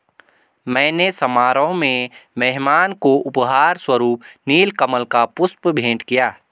मैंने समारोह में मेहमान को उपहार स्वरुप नील कमल का पुष्प भेंट किया